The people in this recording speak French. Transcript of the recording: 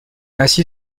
ainsi